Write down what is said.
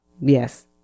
Yes